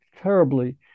terribly